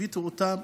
הבאתי אותם,